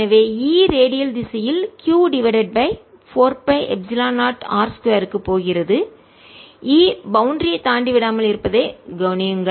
எனவே E radial திசையில் q divided by 4 by epsilon 0 r 2 க்குப் போகிறது E பவுண்டரி ஐத் எல்லையை தாண்டி விடாமல் இருப்பதை கவனியுங்கள்